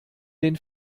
den